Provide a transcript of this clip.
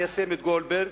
ליישם את גולדברג,